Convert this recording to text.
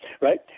right